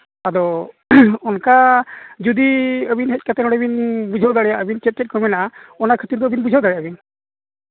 ᱟᱫᱚ ᱚᱱᱠᱟ ᱡᱩᱫᱤ ᱟᱹᱵᱤᱱ ᱦᱮᱡ ᱠᱟᱛᱮᱫ ᱡᱩᱫᱤ ᱵᱮᱱ ᱵᱩᱡᱷᱟᱹᱣ ᱫᱟᱲᱮᱭᱟᱜᱼᱟ ᱪᱮᱫ ᱪᱮᱫ ᱠᱚ ᱢᱮᱱᱟᱜᱼᱟ ᱚᱱᱟ ᱠᱷᱟᱹᱛᱤ ᱦᱚᱸ ᱟᱹᱵᱤᱱ ᱵᱩᱡᱷᱟᱹᱣ ᱫᱟᱲᱮᱭᱟᱜᱼᱟ ᱵᱤᱱ